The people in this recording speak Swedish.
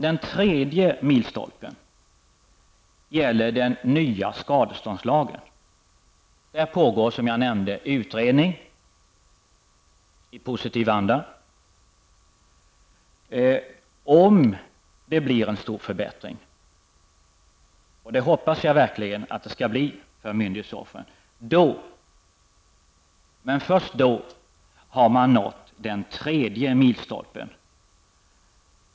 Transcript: Den tredje milstolpen gäller den nya skadeståndslagen. Det pågår, som jag nämnde, en utredning i positiv anda. Om det blir en stor förbättring för myndighetsoffren -- och det hoppas jag verkligen -- då, men först då har man nått den tredje milstolpen.